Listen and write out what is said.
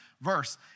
verse